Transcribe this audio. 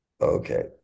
Okay